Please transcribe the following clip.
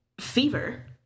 fever